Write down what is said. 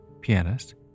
pianist